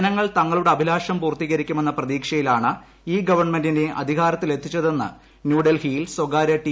ജനങ്ങൾ തങ്ങളുടെ അഭിലാഷം പൂർത്തീകരിക്കുമെന്ന പ്രതീക്ഷയിലാണ് ഈ ഗവൺമെന്റിനെ അധികാരത്തിലെത്തിച്ചതെന്ന് ന്യൂഡൽഹിയിൽ സ്ഥകാര്യ ടി